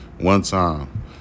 one-time